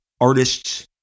artists